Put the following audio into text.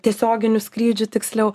tiesioginių skrydžių tiksliau